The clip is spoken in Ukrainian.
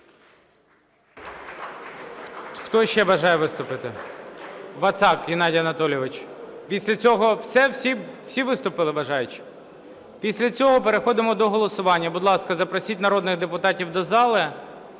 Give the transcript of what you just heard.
Хто ще бажає виступити? Вацак Геннадій Анатолійович. Після цього… Всі виступили бажаючі? Після цього переходимо до голосування. Будь ласка, запросіть народних депутатів до зали.